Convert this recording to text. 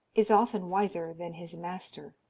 is often wiser than his master.